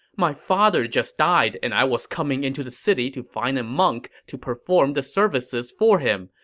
my father just died and i was coming into the city to find a monk to perform the services for him.